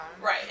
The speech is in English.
Right